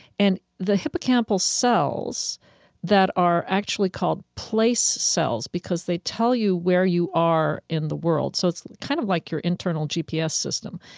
and the hippocampal cells that are actually called place cells because they tell you where you are in the world, so it's kind of like your internal gps system,